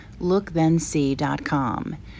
lookthensee.com